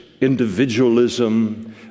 individualism